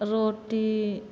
रोटी